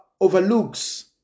overlooks